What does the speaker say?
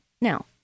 Now